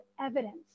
evidence